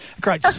great